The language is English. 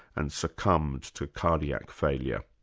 and succumbed to cardiac failure.